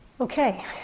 Okay